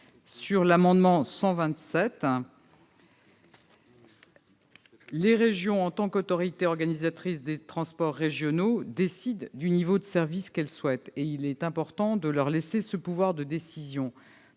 l'amendement n° 127 rectifié , les régions, en tant qu'autorités organisatrices des transports régionaux, décident du niveau de service qu'elles souhaitent. Il est important de leur laisser ce pouvoir de décision.